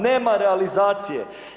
Nema realizacije.